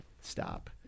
stop